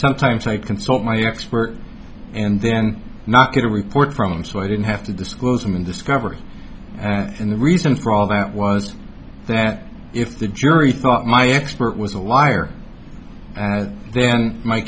sometimes i'd consult my expert and then not get a report from them so i didn't have to disclose them in discovery and the reason for all that was that if the jury thought my expert was a liar and then my